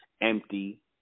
empty